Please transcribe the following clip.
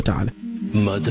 Allah